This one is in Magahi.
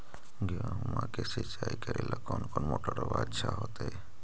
गेहुआ के सिंचाई करेला कौन मोटरबा अच्छा होतई?